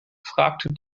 fragte